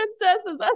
princesses